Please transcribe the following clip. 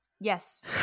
Yes